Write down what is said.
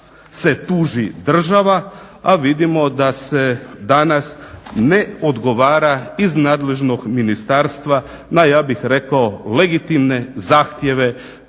se tuži država, a vidimo da se danas ne odgovara iz nadležnog ministarstva na ja bih rekao legitimne zahtjeve